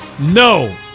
No